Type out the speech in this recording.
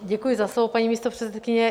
Děkuji za slovo, paní místopředsedkyně.